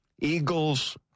Eagles